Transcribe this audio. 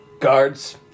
Guards